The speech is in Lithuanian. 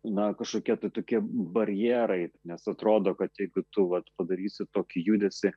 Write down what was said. na kažkokie tai tokie barjerai nes atrodo kad jeigu tu vat padarysi tokį judesį